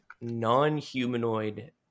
non-humanoid